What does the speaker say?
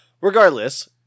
Regardless